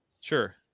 Sure